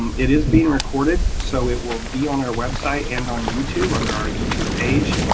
um it is being recorded, so it will be on our website and on youtube under our youtube page.